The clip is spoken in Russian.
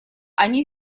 они